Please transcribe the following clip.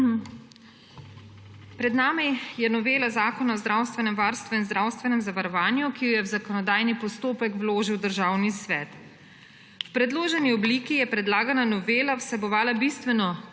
Pred nami je novela Zakona o zdravstvenem varstvu in zdravstvenem zavarovanju, ki jo je v zakonodajni postopek vložil Državni svet. V predloženi obliki je predlagana novela vsebovala bistveno